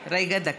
רגע, דקה.